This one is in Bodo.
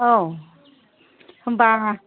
औ होनबा